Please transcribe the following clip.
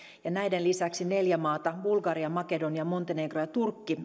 näiden lisäksi neljä maata bulgaria makedonia montenegro ja turkki